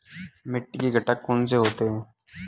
मिट्टी के घटक कौन से होते हैं?